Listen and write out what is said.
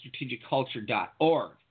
strategicculture.org